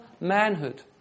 manhood